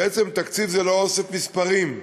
בעצם תקציב זה לא אוסף מספרים,